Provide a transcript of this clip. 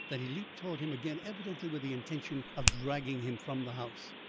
that he leaped towards him again, evidently with the intention of dragging him from the house.